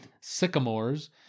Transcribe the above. Sycamores